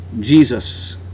Jesus